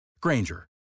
Granger